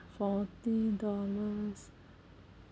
forty dollars